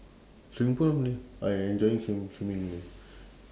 swimming pool only I enjoying swim~ swimming only